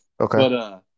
Okay